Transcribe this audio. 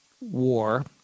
war